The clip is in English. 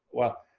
well,